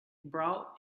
brought